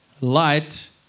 light